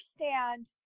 understand